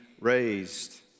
raised